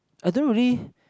I don't really